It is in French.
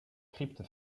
crypte